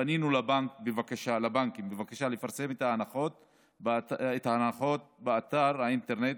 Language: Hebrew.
פנינו לבנקים בבקשה לפרסם את ההנחות באתר האינטרנט.